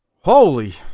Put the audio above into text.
Holy